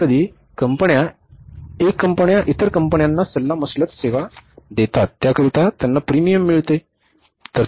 कधीकधी कंपन्या एक कंपन्या इतर कंपन्यांना सल्लामसलत सेवा देतात त्याकरिता त्यांना प्रीमियम मिळतो